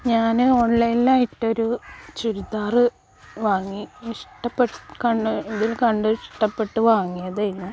ഞാൻ ഓൺലൈനിൽ ആയിട്ട് ഒരു ചുരിദാർ വാങ്ങി ഇഷ്ടപ്പെട്ട് കണ്ട് ഇതിൽ കണ്ട് ഇഷ്ടപ്പെട്ട് വാങ്ങിയതായിരുന്നു